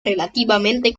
relativamente